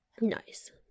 Nice